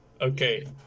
Okay